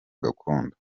gakondo